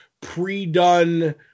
pre-done